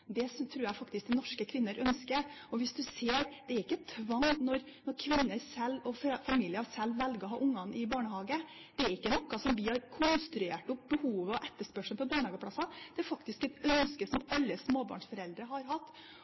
Det tror jeg faktisk norske kvinner ønsker. Det er ikke tvang når kvinner og familier selv velger å ha ungene i barnehagen. Vi har ikke konstruert opp behov for og etterspørsel etter barnehageplasser, det er faktisk et ønske som alle småbarnsforeldre har hatt.